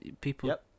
People